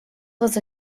was